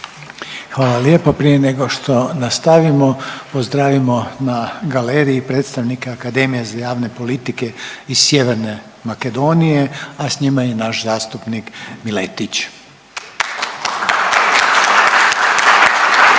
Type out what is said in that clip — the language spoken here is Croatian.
Hvala lijepo. Prije nego što nastavimo pozdravimo na galeriji predstavnike Akademije za javne politike iz Sjeverne Makedonije, a s njima je i naš zastupnik javne